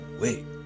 wait